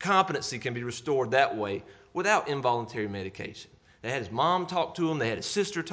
competency can be restored that way without involuntary medication has mom talked to him they had a sister